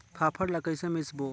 फाफण ला कइसे मिसबो?